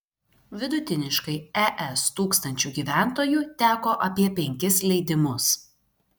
vidutiniškai es tūkstančiu gyventojų teko apie penkis leidimus